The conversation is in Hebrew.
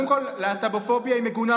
קודם כול להט"בופוביה היא מגונה,